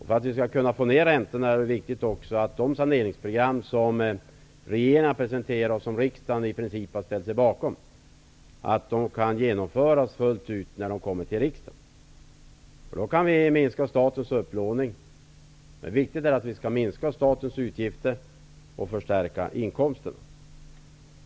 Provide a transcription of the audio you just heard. För att vi skall få ner räntorna är det också viktigt att de saneringsprogram som regeringen har presenterat, och som riksdagen i princip har ställt sig bakom, kan genomföras fullt ut när de kommer till riksdagen. Då kan vi minska statens upplåning. Det är alltså viktigt att minska statens utgifter och förstärka inkomsterna.